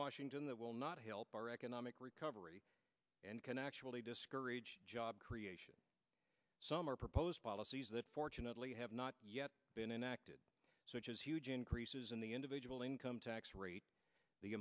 washington that will not help our economic recovery and can actually discourage job creation some are proposed policies that fortunately have not yet been enacted such as huge increases in the individual income tax rate the